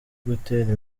gutera